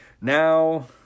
Now